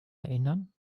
erinnern